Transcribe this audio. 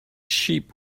sheep